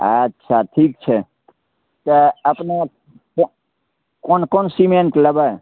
अच्छा ठीक छै तऽ अपने कोन कोन सीमेन्ट लेबै